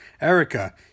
erica